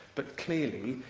but, clearly,